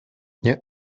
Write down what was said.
nie